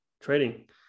trading